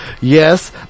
yes